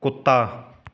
ਕੁੱਤਾ